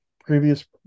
previous